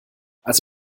als